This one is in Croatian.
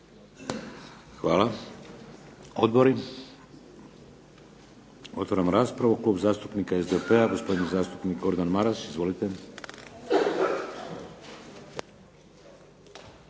Hvala. Odbori? Otvaram raspravu. Klub zastupnika SDP-a gospodin zastupnik Gordan Maras izvolite.